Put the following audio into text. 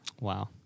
Wow